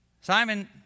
Simon